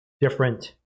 different